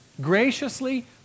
graciously